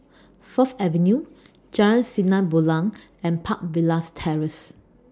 Fourth Avenue Jalan Sinar Bulan and Park Villas Terrace